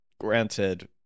Granted